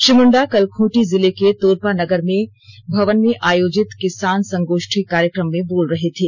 श्री मुण्डा कल खूंटी जिले के तोरपा नगर भवन में आयोजित किसान संगोष्टी कार्यक्रम में बोल रहे थे